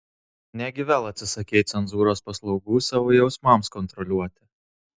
negi vėl atsisakei cenzūros paslaugų savo jausmams kontroliuoti